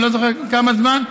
אני לא זוכר כמה זמן.